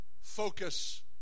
focus